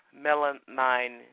melamine